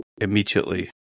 immediately